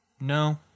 No